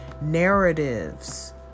narratives